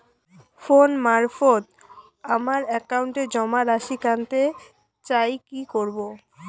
Phone মারফত আমার একাউন্টে জমা রাশি কান্তে চাই কি করবো?